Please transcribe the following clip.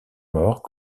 morts